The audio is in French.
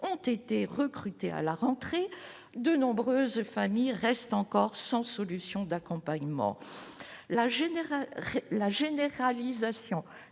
ont été recrutés à la rentrée, de nombreuses familles restent encore sans solution d'accompagnement, la Générale